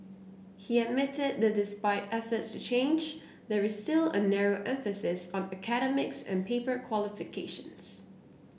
he admitted that despite efforts to change there is still a narrow emphasis on academics and paper qualifications